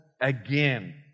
again